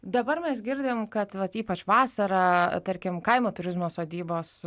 dabar mes girdim kad ypač vasarą tarkim kaimo turizmo sodybos